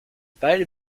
beide